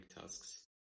tasks